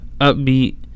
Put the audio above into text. upbeat